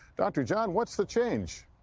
dr. john, what's the change?